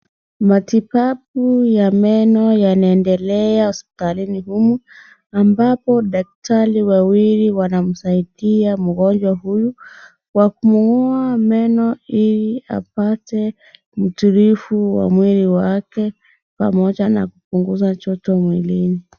Matibabu ya meno yanaendelea hospitalini humu ambapo daktari wawili wanamsaidia mgonjwa huyu kwa kumng'oa meno ili apate utulivu wa mwili wake pamoja na kupunguza joto mwilini.